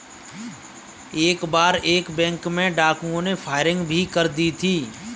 एक बार एक बैंक में डाकुओं ने फायरिंग भी कर दी थी